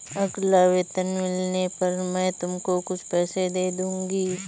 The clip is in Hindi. अगला वेतन मिलने पर मैं तुमको कुछ पैसे दे दूँगी